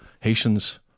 Haitians